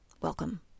Welcome